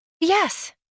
Yes